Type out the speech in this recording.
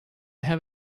have